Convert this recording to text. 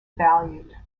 valued